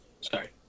sorry